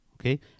Okay